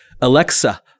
Alexa